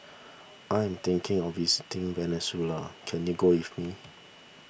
I am thinking of visiting Venezuela can you go with me